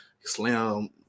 Slam